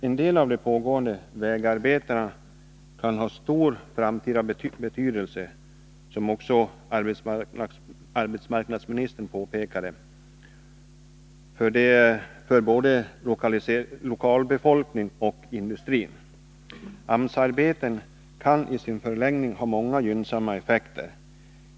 En del av de pågående vägarbetena kan ha stor framtida betydelse, som också arbetsmarknadsministern påpekade, för både lokalbefolkning och industri. AMS-arbeten kan i sin förlängning ha många gynnsamma effekter.